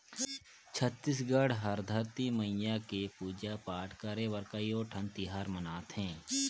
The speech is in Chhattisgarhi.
छत्तीसगढ़ हर धरती मईया के पूजा पाठ करे बर कयोठन तिहार मनाथे